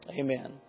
Amen